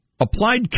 Applied